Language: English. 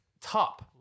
top